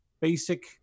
basic